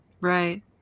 Right